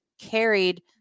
carried